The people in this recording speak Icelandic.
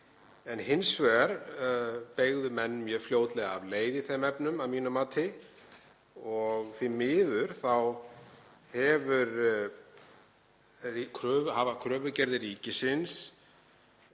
en hins vegar beygðu menn mjög fljótlega af leið í þeim efnum að mínu mati og því miður þá hafa kröfugerðir ríkisins